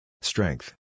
Strength